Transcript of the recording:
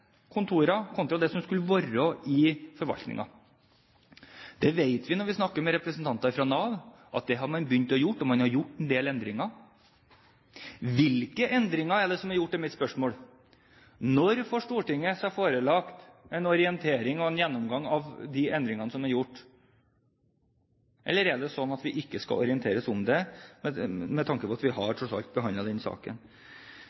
kontorer, kontra det som skulle være i forvaltningen. Vi vet når vi snakker med representanter fra Nav, at det har man begynt å gjøre, og man har gjort en del endringer. Hvilke endringer er det som er gjort, er mitt spørsmål. Når får Stortinget seg forelagt en orientering og en gjennomgang av de endringene som er gjort? Eller er det slik at vi ikke skal orienteres om det med tanke på at vi